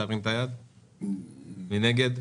מי נגד?